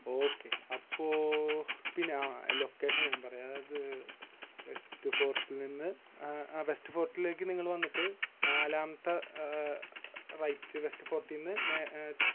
okay അപ്പോൾ പിന്നെ ആ ലൊക്കേഷൻ ഞാൻ പറയാം അത് വെസ്റ്റ്ഫോർട്ടിൽ നിന്ന് വെസ്റ്റ്ഫോർട്ടിലേക്ക് നിങ്ങള് വന്നിട്ട് നാലാമത്തെ റൈറ്റ് വെസ്റ്റ്ഫോർട്ടിൽ നിന്ന് നേ